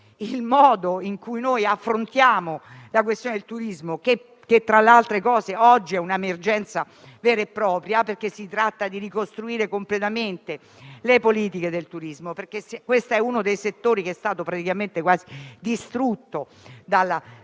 il modo in cui affrontiamo la questione del turismo, che tra l'altro oggi è un'emergenza vera e propria, perché si tratta di ricostruire completamente le politiche del turismo, che è un settore che è stato quasi distrutto dalla